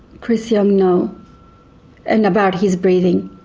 chris young, know and about his breathing.